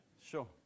Sure